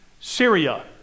Syria